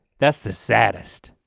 that's the saddest.